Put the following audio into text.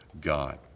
God